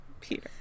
Peter